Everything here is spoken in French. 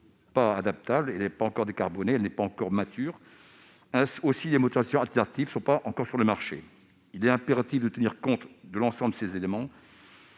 hydrogène n'est pas encore décarbonée et mature. Ainsi, les motorisations alternatives ne sont pas encore sur le marché. Il est impératif de tenir compte de l'ensemble de ces éléments,